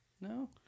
No